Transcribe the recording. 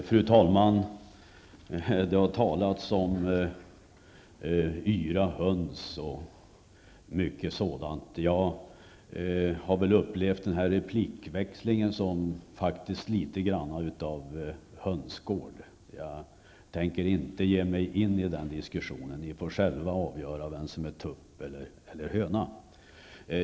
Fru talman! Det har talats om yra höns och mycket sådant. Jag har väl upplevt den här replikväxlingen som faktiskt litet grand av hönsgård. Jag tänker inte ge mig in i den diskussionen. Ni får själva avgöra vem som är tupp eller höna.